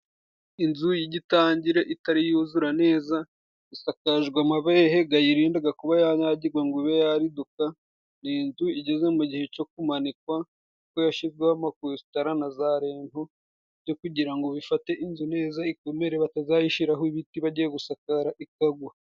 Inzu y'igitangire itari yuzura neza isakajwe amabehe gayirindaga kuba yanyagirwa ngo ibe yariduka, ni inzu igeze mu gihe co kumanikwa kuko yashizweho amakositara na za rentu byo kugira ngo bifate inzu neza ikomere, batazayishiraho ibiti bagiye gusakara ikagwa.